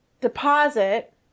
deposit